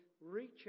reach